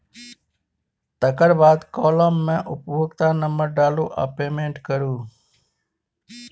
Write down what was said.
तकर बाद काँलम मे उपभोक्ता नंबर डालु आ पेमेंट करु